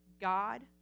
God